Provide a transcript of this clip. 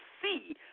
See